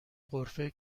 غرفه